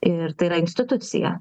ir tai yra institucija